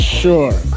sure